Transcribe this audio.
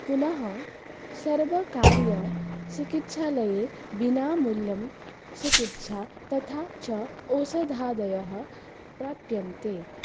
पुनः सर्वकारीयचिकित्सालये विनामूल्यं चिकित्सा तथा च औषधादयः प्राप्यन्ते